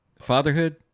Fatherhood